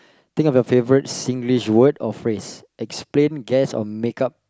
think of your favourite Singlish word or phrase explain guess or make up